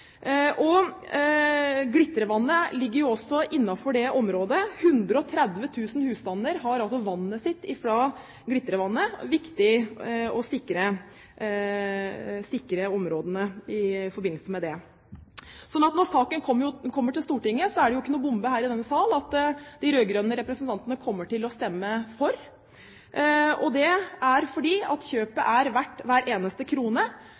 Glitrevannet ligger jo også innenfor det området. 130 000 husstander får vannet sitt fra Glitrevannet, og det er viktig å sikre områdene også i den forbindelse. Når saken kommer til Stortinget, er det ingen bombe her i denne sal at de rød-grønne representantene kommer til å stemme for. Og det skjer fordi kjøpet er verdt hver eneste krone,